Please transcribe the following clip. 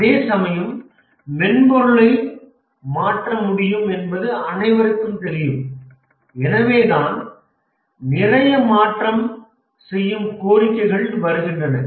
அதேசமயம் மென்பொருளை மாற்ற முடியும் என்பது அனைவருக்கும் தெரியும் எனவேதான் நிறைய மாற்றம் செய்யும் கோரிக்கைகள் வருகின்றன